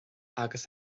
agus